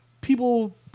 people